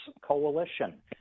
Coalition